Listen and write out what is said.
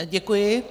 Děkuji.